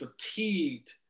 fatigued